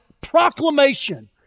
proclamation